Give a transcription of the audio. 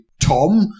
Tom